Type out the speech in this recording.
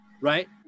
right